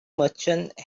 merchant